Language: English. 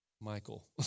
Michael